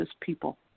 people